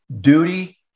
duty